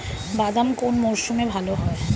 বাদাম কোন মরশুমে ভাল হয়?